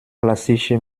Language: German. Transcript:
klassische